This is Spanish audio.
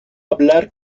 hablar